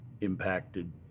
impacted